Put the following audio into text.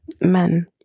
men